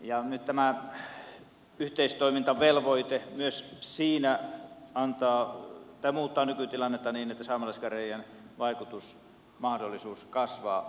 nyt tämä yhteistoimintavelvoite myös siinä muuttaa nykytilannetta niin että saamelaiskäräjien vaikutusmahdollisuus kasvaa merkittävästi